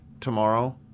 tomorrow